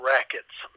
Rackets